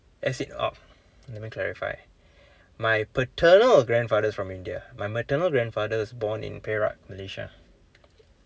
as in ugh let me clarify my paternal grandfather from India my maternal grandfather was born in perak Malaysia